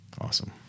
Awesome